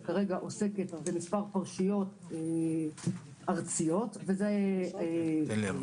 שכרגע עוסקת במספר פרשיות ארציות גדולות מאוד.